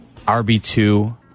RB2